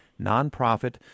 nonprofit